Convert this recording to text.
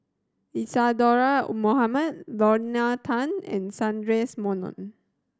Isadhora Mohamed Lorna Tan and Sundaresh Menon